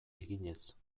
eginez